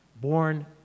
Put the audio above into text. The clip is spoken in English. born